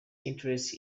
interest